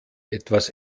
etwas